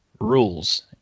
rules